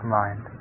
mind